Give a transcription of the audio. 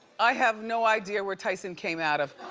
i have no idea where tyson came out of